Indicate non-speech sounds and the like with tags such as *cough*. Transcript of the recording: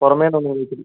പുറമേ നിന്ന് ഒന്നും *unintelligible*